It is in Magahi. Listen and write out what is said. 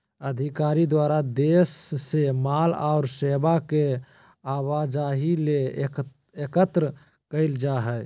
अधिकारी द्वारा देश से माल और सेवा के आवाजाही ले एकत्र कइल जा हइ